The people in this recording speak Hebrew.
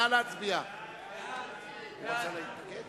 ההצעה להעביר את